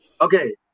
okay